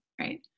Right